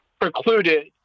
precluded